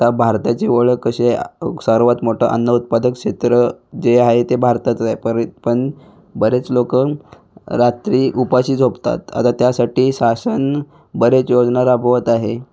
आता भारताची ओळख कशी आहे सर्वात मोठं अन्नउत्पादक क्षेत्र जे आहे ते भारतातचं आहे परे पण बरेच लोकं रात्री उपाशी झोपतात आता त्यासाठी शासन बरेच योजना राबवत आहे